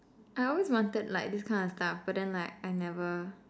I always wanted like this kind of stuff but then like I never